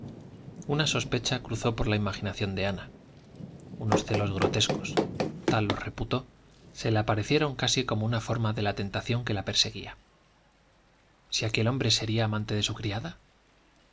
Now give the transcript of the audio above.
una sospecha cruzó por la imaginación de ana unos celos grotescos tal los reputó se le aparecieron casi como una forma de la tentación que la perseguía si aquel hombre sería amante de su criada